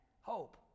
hope